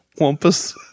wampus